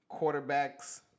quarterbacks